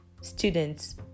students